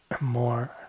more